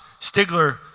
Stigler